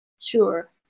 sure